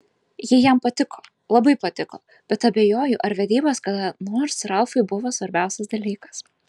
ji jam patiko labai patiko bet abejoju ar vedybos kada nors ralfui buvo svarbiausias dalykas